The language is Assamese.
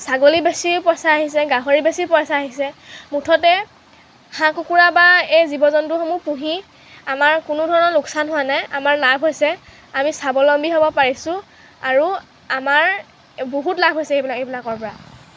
ছাগলী বেচিও পইচা আহিছে গাহৰি বেচি পইচা আহিছে মুঠতে হাঁহ কুকুৰা বা এই জীৱ জন্তুসমূহ পুহি আমাৰ কোনো ধৰণৰ লোকচান হোৱা নাই আমাৰ লাভ হৈছে আমি স্বাৱলম্বী হ'ব পাৰিছোঁ আৰু আমাৰ বহুত লাভ হৈছে এইবিলাক এইবিলাকৰ পৰা